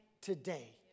today